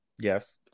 Yes